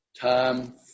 time